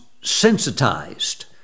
sensitized